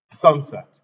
sunset